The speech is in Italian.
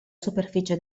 superficie